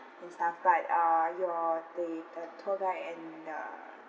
and stuff but uh your the tour guide and uh